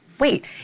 Wait